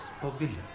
pavilion